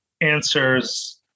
answers